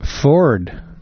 Ford